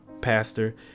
pastor